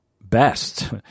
best